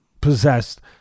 possessed